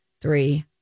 three